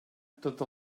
tot